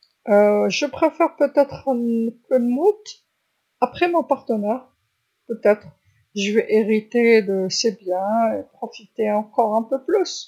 نفضل بلاك نموت بعد شريكي بلاك، نورث أملاكه، نستفاد شويا أكثر.